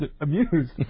amused